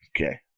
Okay